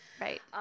Right